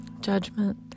judgment